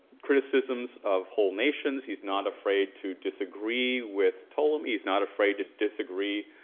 criticisms of whole nations, he's not afraid to disagree with ptolemy, he's not afraid to disagree